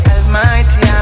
Almighty